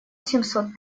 семьсот